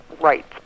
rights